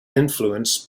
influenced